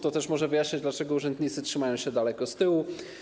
To też może wyjaśniać, dlaczego urzędnicy trzymają się daleko z tyłu.